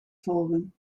volgen